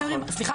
סליחה,